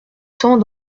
temps